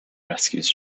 rescues